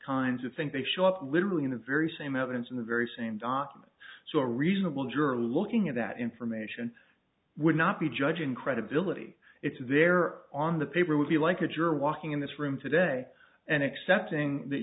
kinds of things they show up literally in the very same evidence in the very same document so a reasonable juror looking at that information would not be judging credibility it's there on the paper would be like a juror walking in this room today and accepting that